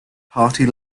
party